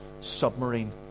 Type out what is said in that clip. submarine